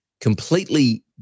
completely